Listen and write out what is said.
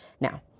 Now